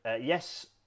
yes